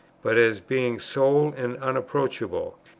but as being sole and unapproachable,